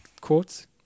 quotes